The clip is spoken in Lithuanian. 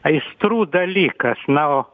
aistrų dalykas na o